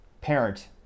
parent